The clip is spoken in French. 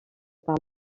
par